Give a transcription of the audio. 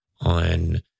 on